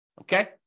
Okay